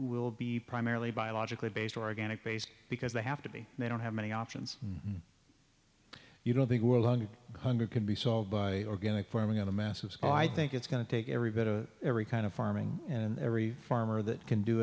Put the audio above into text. will be primarily biologically based organic based because they have to be they don't have many options you don't think we're a long hunger can be solved by organic farming on a massive scale i think it's going to take every bit of every kind of farming and every farmer that can do